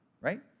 right